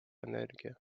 energia